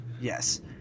Yes